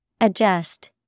Adjust